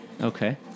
Okay